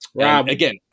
Again